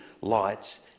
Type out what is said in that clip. lights